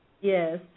Yes